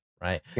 right